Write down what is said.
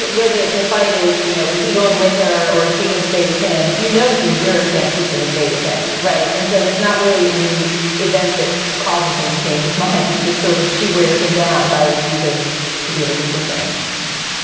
where the the fight is, you know, is he going with her or is she going to stay with him? you know, there's zero chance she's going to stay with him. right. and so there's not really any event that causes him to change his mind. it's just sort of she wears him down by refusing to do anything different yeah,